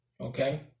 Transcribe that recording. okay